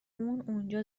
اونجا